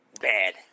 bad